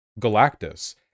Galactus